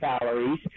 calories